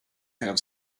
have